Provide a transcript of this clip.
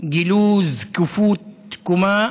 גילו זקיפות קומה